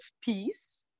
peace